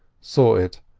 saw it,